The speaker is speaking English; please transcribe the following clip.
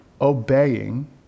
obeying